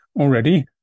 already